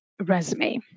resume